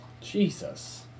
Jesus